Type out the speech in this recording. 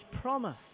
promise